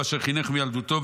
אשר חינך מילדותו,